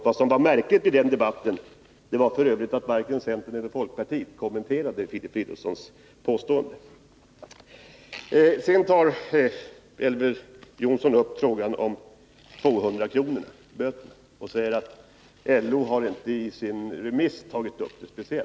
Det märkliga i den debatten var att varken folkpartiet eller centerpartiet kommenterade hans påstående. Elver Jonsson berör den s.k. 200-kronorsregeln och säger att LO i sin remiss inte speciellt har tagit upp den frågan.